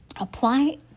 Apply